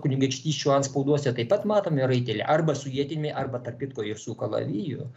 kunigaikštysčių atspauduose taip pat matome raitelį arba su ietimi arba tarp kitko ir su kalaviju